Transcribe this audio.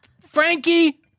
frankie